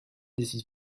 décide